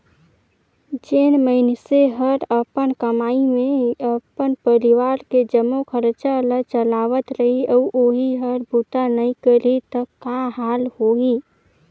जेन मइनसे हर अपन कमई मे अपन परवार के जम्मो खरचा ल चलावत रही अउ ओही हर बूता नइ करही त का हाल होही